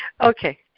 okay